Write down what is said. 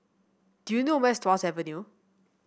do you know where is Tuas Avenue